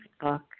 book